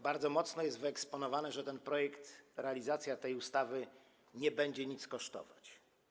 Bardzo mocno jest wyeksponowane to, że realizacja tej ustawy nie będzie nic kosztować.